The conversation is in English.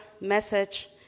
message